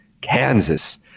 Kansas